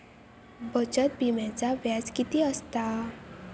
बचत विम्याचा व्याज किती असता?